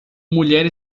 mulher